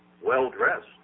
well-dressed